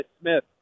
Smith